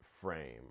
frame